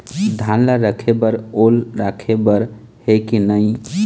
धान ला रखे बर ओल राखे बर हे कि नई?